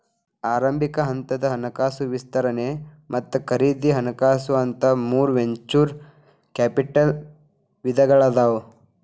ಆರಂಭಿಕ ಹಂತದ ಹಣಕಾಸು ವಿಸ್ತರಣೆ ಮತ್ತ ಖರೇದಿ ಹಣಕಾಸು ಅಂತ ಮೂರ್ ವೆಂಚೂರ್ ಕ್ಯಾಪಿಟಲ್ ವಿಧಗಳಾದಾವ